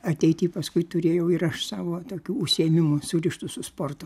ateity paskui turėjau ir aš savo tokių užsiėmimų surištų su sportu